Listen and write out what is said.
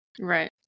Right